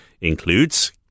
includes